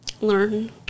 learn